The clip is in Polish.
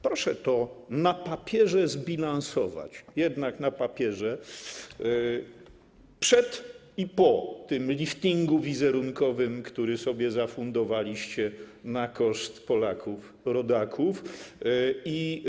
Proszę to na papierze zbilansować, jednak na papierze, przed tym liftingiem wizerunkowym, który sobie zafundowaliście na koszt Polaków, rodaków, i po nim.